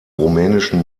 rumänischen